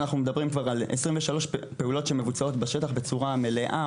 כבר דברים על 23 פעולות שמבוצעות בשטח בצורה מלאה,